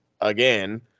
again